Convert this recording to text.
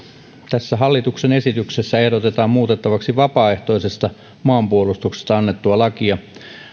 tässä hallituksen esityksessä ehdotetaan muutettavaksi vapaaehtoisesta maanpuolustuksesta annettua lakia